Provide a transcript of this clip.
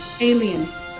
aliens